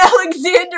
Alexander